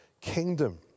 kingdom